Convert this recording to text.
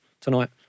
tonight